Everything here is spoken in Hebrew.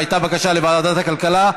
והייתה בקשה לוועדת הכלכלה,